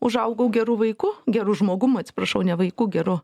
užaugau geru vaiku geru žmogum atsiprašau ne vaiku geru